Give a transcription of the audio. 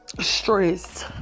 stress